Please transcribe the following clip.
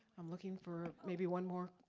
i'm looking for, maybe one more.